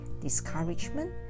discouragement